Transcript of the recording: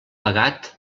pagat